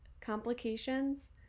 complications